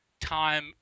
time